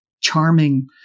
charming